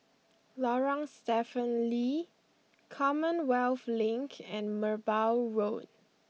Lorong Stephen Lee Commonwealth Link and Merbau Road